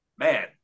Man